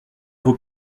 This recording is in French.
vos